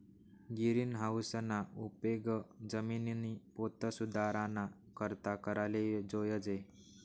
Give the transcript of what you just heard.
गिरीनहाऊसना उपेग जिमिननी पोत सुधाराना करता कराले जोयजे